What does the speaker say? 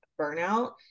burnout